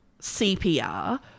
CPR